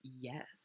Yes